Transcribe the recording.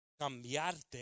cambiarte